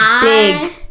big